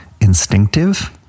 instinctive